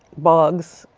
boggs,